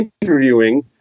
interviewing